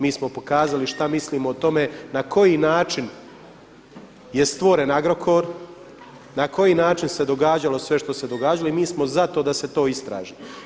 Mi smo pokazali što mislimo o tome, na koji način je stvoren Agrokor, na koji način se događalo sve što se događalo i mi smo za to da se to istraži.